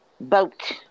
Boat